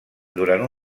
durant